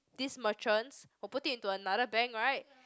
this merchants will put it into another bank right